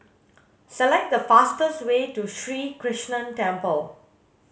select the fastest way to Sri Krishnan Temple